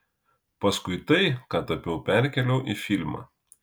paskui tai ką tapiau perkėliau į filmą